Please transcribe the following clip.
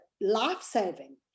life-saving